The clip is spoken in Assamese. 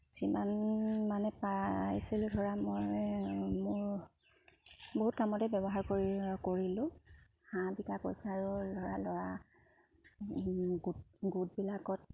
যিমান মানে পাইছিলোঁ ধৰা মই মোৰ বহুত কামতে ব্যৱহাৰ কৰি কৰিলোঁ হাঁহ বিকা পইচা আৰু ল'ৰা ল'ৰা গোট গোটবিলাকত